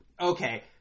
okay